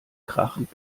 krachend